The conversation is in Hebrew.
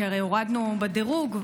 כי הרי הורדנו בדירוג,